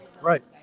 Right